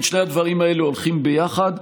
לכן שני הדברים האלה הולכים ביחד,